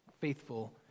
faithful